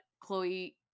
Chloe